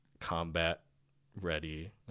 combat-ready